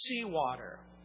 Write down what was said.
seawater